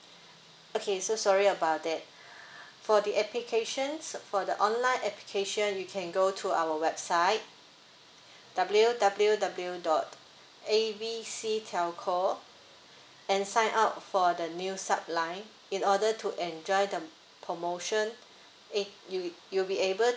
okay so sorry about that for the application for the online application you can go to our website W_W_W dot A B C telco and sign up for the new sub line in order to enjoy the promotion ab~ you you'll be able